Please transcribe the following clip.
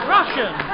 Russian